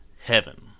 heaven